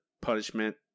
punishment